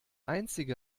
einzige